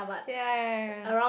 ya ya ya ya